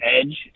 edge